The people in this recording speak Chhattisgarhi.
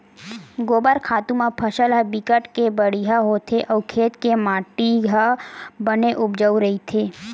गोबर खातू म फसल ह बिकट के बड़िहा होथे अउ खेत के माटी ह बने उपजउ रहिथे